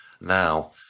now